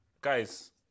guys